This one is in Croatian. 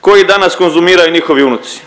koji danas konzumiraju njihovi unuci.